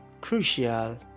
crucial